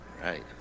Right